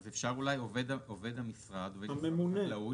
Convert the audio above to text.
אז אולי אפשר: עובד משרד החקלאות